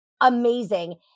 amazing